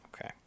Okay